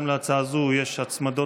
גם להצעה הזאת יש הצמדות,